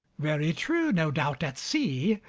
very true, no doubt, at sea.